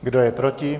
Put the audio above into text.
Kdo je proti?